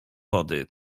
wody